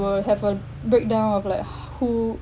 will have a breakdown of like ha~ who